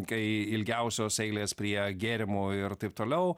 kai ilgiausios eilės prie gėrimų ir taip toliau